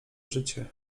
życie